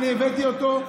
ואני הבאתי אותו,